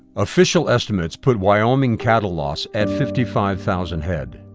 official estimates put wyoming cattle loss at fifty five thousand head.